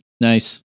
Nice